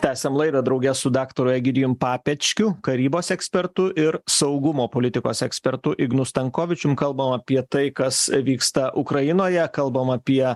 tęsiam laidą drauge su daktaru egidijum papečkiu karybos ekspertu ir saugumo politikos ekspertu ignu stankovičium kalbam apie tai kas vyksta ukrainoje kalbam apie